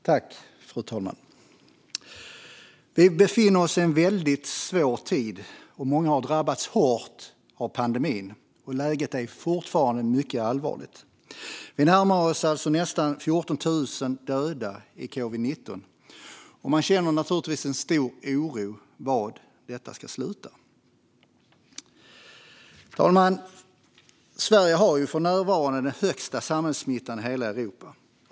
Fru talman! Vi befinner oss i en väldigt svår tid, och många har drabbats hårt av pandemin. Läget är fortfarande mycket allvarligt. Vi närmar oss alltså 14 000 döda i covid-19, och man känner naturligtvis en stor oro inför var detta ska sluta. Fru talman! Sverige har för närvarande den högsta samhällssmittan i hela Europa.